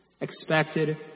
expected